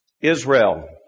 Israel